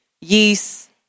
Yeast